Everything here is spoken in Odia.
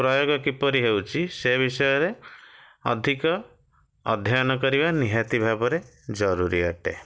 ପ୍ରୟୋଗ କିପରି ହେଉଛି ସେ ବିଷୟରେ ଅଧିକ ଅଧ୍ୟୟନ କରିବା ନିହାତି ଭାବରେ ଜରୁରୀ ଅଟେ